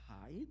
hide